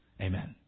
Amen